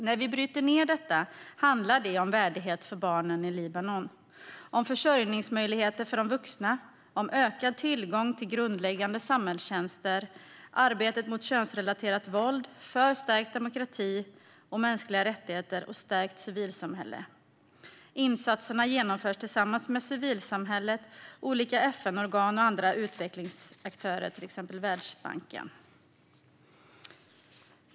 När vi bryter ned detta handlar det om värdighet för barnen i Libanon, försörjningsmöjligheter för de vuxna, ökad tillgång till grundläggande samhällstjänster, arbete mot könsrelaterat våld, för stärkt demokrati och mänskliga rättigheter och stärkt civilsamhälle. Insatserna genomförs tillsammans med civilsamhället, olika FN-organ och andra utvecklingsaktörer, till exempel Världsbanken.